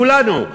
כולנו,